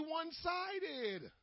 one-sided